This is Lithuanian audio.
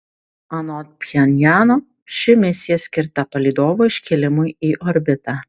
anot pchenjano ši misija skirta palydovo iškėlimui į orbitą